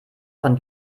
von